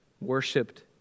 worshipped